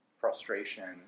frustration